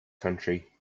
country